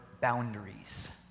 boundaries